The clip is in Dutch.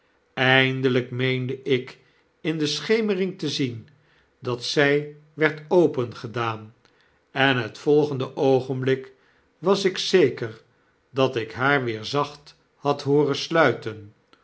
meende ik in de schemering te zien dat zij werd opengedaan en het volgende oogenblik was ik zeker dat ik haar weer zacht nad hooren sluiten